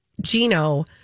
Gino